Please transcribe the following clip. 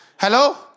Hello